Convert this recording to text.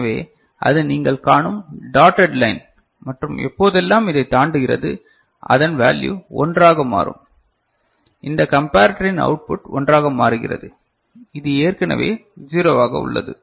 எனவே அது நீங்கள் காணும் டாட்டெட் லைன் மற்றும் எப்போதெல்லாம் இதை தாண்டுகிறது அதன் வேல்யூ ஒன்று ஆக மாறும் இந்த கம்பரட்டர் இன் அவுட்புட் ஒன்றாக மாறுகிறது இது ஏற்கனவே ஜீரோவாக உள்ளது